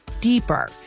deeper